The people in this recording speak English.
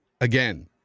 again